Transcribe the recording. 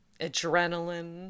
Adrenaline